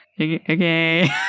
Okay